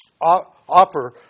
offer